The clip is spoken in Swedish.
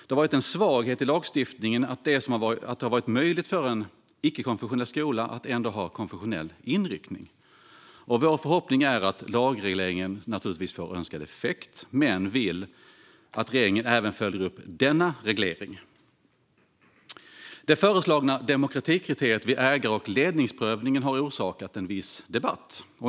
Det har varit en svaghet i lagstiftningen att det varit möjligt för en icke-konfessionell skola att ändå ha konfessionell inriktning. Vår förhoppning är att lagregleringen får önskad effekt, men vi vill att regeringen också följer upp denna reglering. Det föreslagna demokratikriteriet vid ägar och ledningsprövningen har orsakat viss debatt.